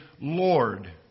Lord